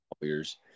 years